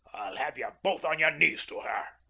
i'll have ye both on your knees to her!